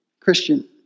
Christian